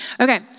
Okay